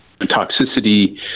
toxicity